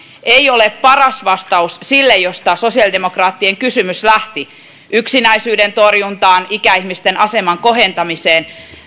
ei ole paras vastaus siihen mistä sosiaalidemokraattien kysymys lähti yksinäisyyden torjuntaan ikäihmisten aseman kohentamiseen